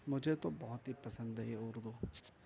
مجھے تو بہت ہی پسند ہے یہ اردو